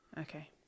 Okay